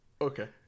Okay